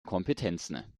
kompetenzen